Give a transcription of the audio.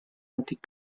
antic